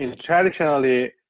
traditionally